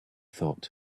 thought